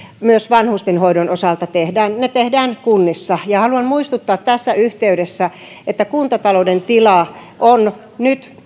myös vanhustenhoidon osalta tehdään ne tehdään kunnissa haluan muistuttaa tässä yhteydessä että kuntatalouden tila on nyt